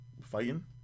fighting